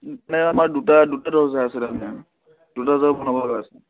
আমাৰ দুটা দুটা দৰজা আছে তাৰমানে দুটা দৰজা বনাব লগা আছে